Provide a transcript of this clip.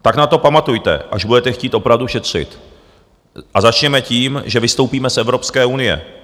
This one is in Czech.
Tak na to pamatujte, až budete chtít opravdu šetřit, a začněme tím, že vystoupíme z Evropské unie.